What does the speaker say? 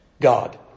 God